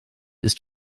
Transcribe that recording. ist